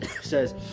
says